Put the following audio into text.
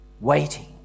waiting